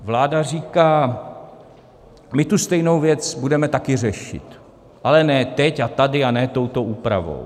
Vláda říká: my tu stejnou věc budeme taky řešit, ale ne teď a tady a ne touto úpravou.